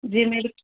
ਜੀ ਮੇਰੇ